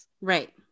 Right